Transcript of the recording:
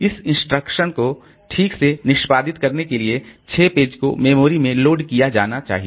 इस इंस्ट्रक्शन को ठीक से निष्पादित करने के लिए 6 पेज को मेमोरी में लोड किया जाना चाहिए